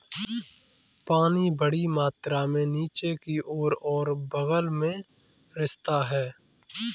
पानी बड़ी मात्रा में नीचे की ओर और बग़ल में रिसता है